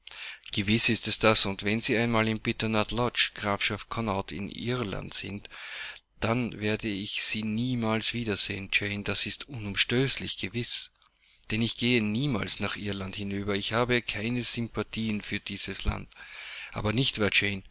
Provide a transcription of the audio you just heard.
gewiß ist es das und wenn sie einmal in bitternutlodge grafschaft connaught in irland sind dann werde ich sie niemals wiedersehen jane das ist unumstößlich gewiß denn ich gehe niemals nach irland hinüber ich habe keine sympathieen für dieses land aber nicht